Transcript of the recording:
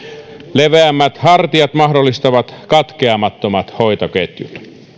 leveämmät hartiat mahdollistavat katkeamattomat hoitoketjut